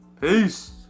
Peace